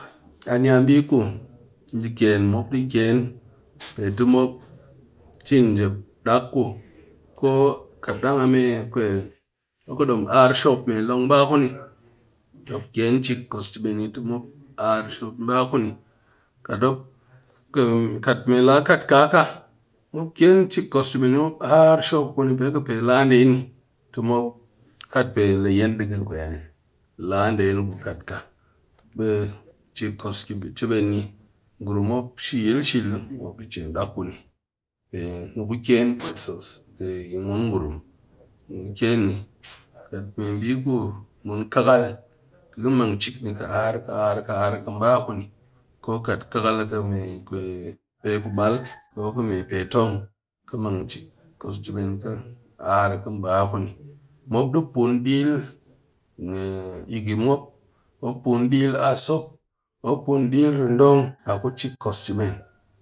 A naya bi ku ɗe ken pe ti mop chin njep dak ku ko kat dang mop po dom arr me shop long ba kuni mop ken chek kos cheben ti mop arr ti mop arr shop ni ba kuni kat me laa kat kaa ka ken chek kos cheben ni mop arr shop kuni pe kɨ pe laa ni ti mop kat pe le yien di ka ku kat ka be chek kos cheben ni ngurum mop she-yil she-yil mop di chin dak kuni pe nuku ken ken pwet sosai yi mun ngurum me bi ku mun khal di mu mang chek mu arr mu ba kuni ko kat khal a pe tong mop di pun dil a kuni.